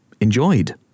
enjoyed